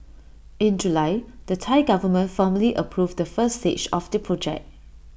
in July the Thai Government formally approved the first stage of the project